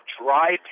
dry